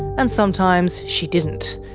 and sometimes she didn't,